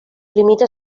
limita